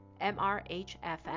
MRHFM